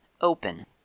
open